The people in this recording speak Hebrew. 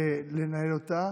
לנהל אותה,